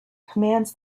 commands